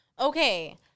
okay